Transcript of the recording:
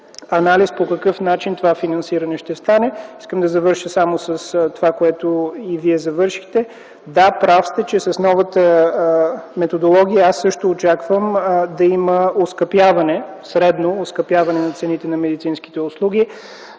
анализ по какъв начин това финансиране ще стане. Искам да завърша с това, с което и Вие завършихте. Прав сте, с новата технология аз също очаквам да има средно оскъпяване на цените на медицинските услуги.